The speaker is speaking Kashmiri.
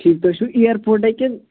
ٹھیٖک تُہۍ چھِوٕ اِیرپوٹے کِنہٕ